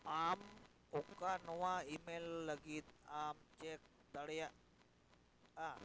ᱟᱢ ᱚᱠᱟ ᱱᱚᱣᱟ ᱤᱼᱢᱮᱞ ᱞᱟᱹᱜᱤᱫ ᱟᱢ ᱪᱮᱫ ᱫᱟᱲᱮᱭᱟᱜᱼᱟ